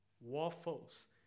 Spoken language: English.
Waffles